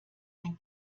ein